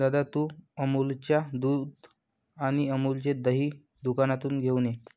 दादा, तू अमूलच्या दुध आणि अमूलचे दही दुकानातून घेऊन ये